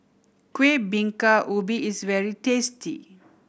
Kueh Bingka Ubi is very tasty